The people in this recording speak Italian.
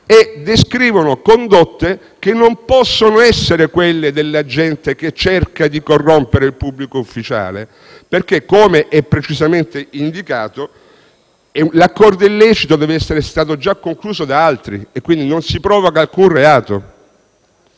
amministrazione e non a quelle dell'agente che cerca di corrompere il pubblico ufficiale; infatti, come è precisamente indicato, l'accordo illecito deve essere stato già concluso da altri, quindi non si provoca alcun reato.